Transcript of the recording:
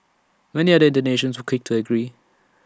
many other Indonesians quick to agree